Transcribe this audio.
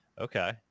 Okay